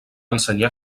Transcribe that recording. ensenyar